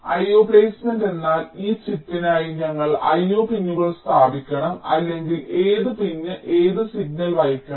IO placement എന്നാൽ ഈ ചിപ്പിനായി ഞങ്ങൾ IO പിന്നുകൾ സ്ഥാപിക്കണം അല്ലെങ്കിൽ ഏത് പിൻ ഏത് സിഗ്നൽ വഹിക്കണം